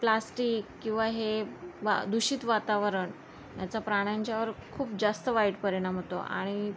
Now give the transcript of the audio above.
plastic किंवा हे दूषित वातावरण याचा प्राण्यांच्या वर खूप जास्त वाईट परिणाम होतो आणि